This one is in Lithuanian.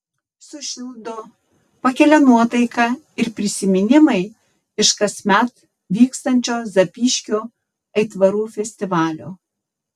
sušildo pakelia nuotaiką ir prisiminimai iš kasmet vykstančio zapyškio aitvarų festivalio